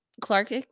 Clark